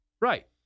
Right